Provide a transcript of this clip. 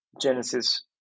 Genesis